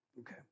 Okay